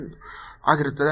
n 1 Pz